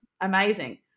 Amazing